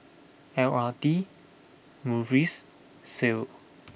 L R T Muis Sal